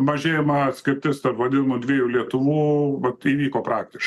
mažėjimą atskirtis tarp nu dviejų lietuvų vat įvyko praktiškai